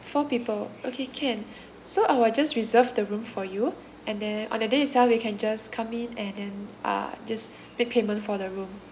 four people okay can so I will just reserve the room for you and then on that day itself you can just come in and then uh just make payment for the room